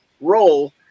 role